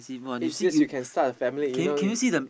eight years you can start a family you know